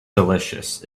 delicious